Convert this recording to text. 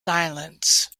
silence